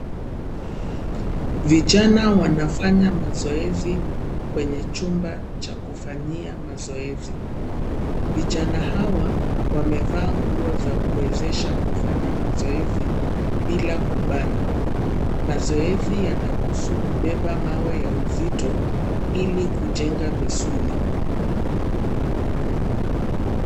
Vijana wanafanya mazoezi kwenye chumba cha kufanyia mazoezi. Vijana hawa wamevaa nguo za kuwezesha kufanya mazoezi bila kubanwa. Mazoezi yanahusu kubeba mawe ya uzito ili kujenga misuli.